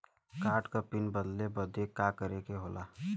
Card क pin बदले बदी का करे के होला?